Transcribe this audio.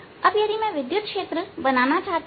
अब यदि मैं विद्युत क्षेत्र बनाना चाहता हूं